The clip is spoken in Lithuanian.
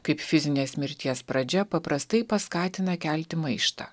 kaip fizinės mirties pradžia paprastai paskatina kelti maištą